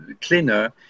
cleaner